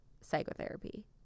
psychotherapy